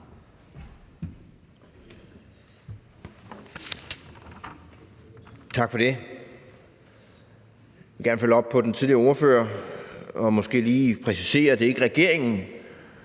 Tak for det. Jeg vil gerne følge op på den tidligere ordfører og måske lige præcisere, at det ikke er regeringen,